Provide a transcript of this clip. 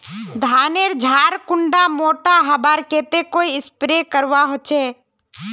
धानेर झार कुंडा मोटा होबार केते कोई स्प्रे करवा होचए?